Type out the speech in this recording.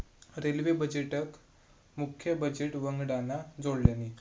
railway बजेटका मुख्य budget वंगडान जोडल्यानी